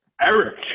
Eric